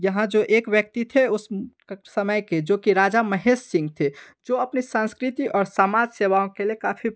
यहाँ जो एक व्यक्ति थे उस क समय के जो कि राजा महेश सिंह थे जो अपने सँस्कृति और समाज सेवाओं के लिए काफ़ी